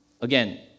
Again